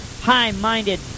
high-minded